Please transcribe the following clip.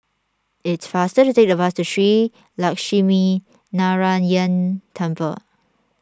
it is faster to take the bus to Shree Lakshminarayanan Temple